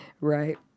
Right